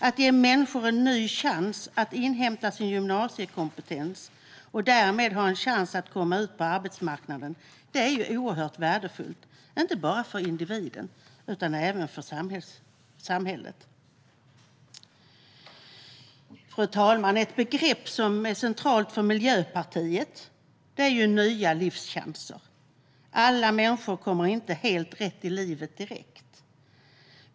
Att ge människor en ny chans att inhämta sin gymnasiekompetens, så att de därmed har en chans att komma ut på arbetsmarknaden, är oerhört värdefullt, inte bara för individen utan även för samhället. Fru talman! Ett begrepp som är centralt för Miljöpartiet är nya livschanser. Alla människor kommer inte helt rätt i livet direkt.